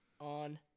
on